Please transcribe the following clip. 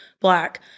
black